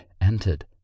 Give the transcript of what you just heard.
entered